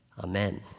Amen